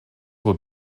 were